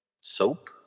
Soap